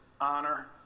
honor